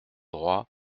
droit